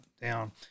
down